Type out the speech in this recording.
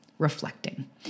reflecting